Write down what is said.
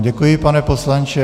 Děkuji vám, pane poslanče.